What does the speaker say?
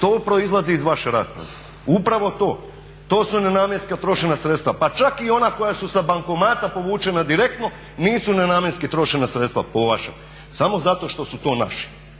To proizlazi iz vaše rasprave, upravo to. To su nenamjenski trošena sredstva pa čak i onda koja su sa bankomata povučena direktno nisu nenamjenski trošena sredstva po vašem, samo zato što su to naši.